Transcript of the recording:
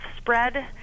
spread